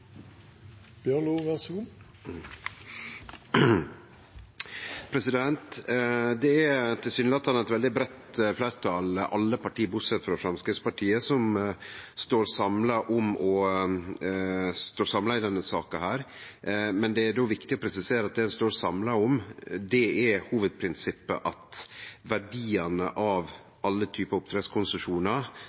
veldig breitt fleirtal – alle parti bortsett frå Framstegspartiet – som står samla i denne saka. Men det er då viktig å presisere at det ein står samla om, er hovudprinsippet om at verdiane av alle